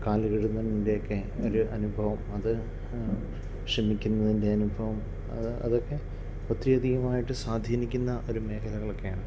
കാലിൽ വീഴുന്നതിൻ്റെയൊക്കെ ഒരു അനുഭവം അത് ക്ഷമിക്കുന്നതിൻ്റെ അനുഭവം അത് അതൊക്കെ ഒത്തിരി അധികമായിട്ട് സ്വാധീനിക്കുന്ന ഒരു മേഖലകളൊക്കെയാണ്